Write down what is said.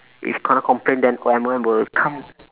if kena complain then M_O_M will come